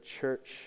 church